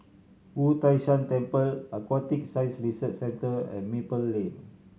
Wu Tai Shan Temple Aquatic Science Research Centre and Maple Lane